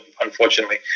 unfortunately